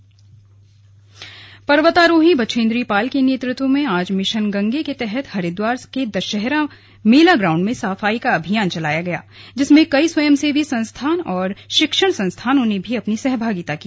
mission Gange पर्वतारोही बछेंद्री पाल के नेतृत्व में आज मिशन गंगे के तहत हरिद्वार के दशहरा मेला ग्राउंड में सफाई अभियान चलाया गया है जिसमें कई स्वयं सेवी संस्था और शिक्षण संस्थानों ने भी अपनी सहभागिता की